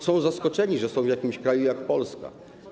Są zaskoczeni, że są w takim kraju jak Polska.